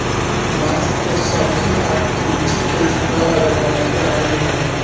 बांस के सठी आ किमची के इस्तमाल अगरबत्ती बनावे मे होला